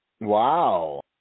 Wow